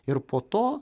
ir po to